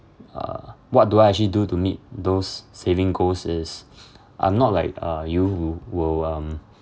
uh what do I actually do to meet those saving goals is I'm not like uh you who will um